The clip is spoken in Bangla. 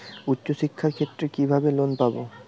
উচ্চশিক্ষার ক্ষেত্রে কিভাবে লোন পাব?